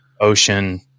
ocean